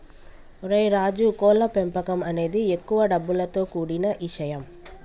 ఓరై రాజు కోళ్ల పెంపకం అనేది ఎక్కువ డబ్బులతో కూడిన ఇషయం